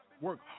work